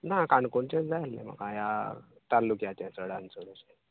ना काणकोणचेंच जाय आसलें म्हाका त्या तालुक्याचें चडान चड अशें